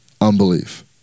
unbelief